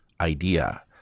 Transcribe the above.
idea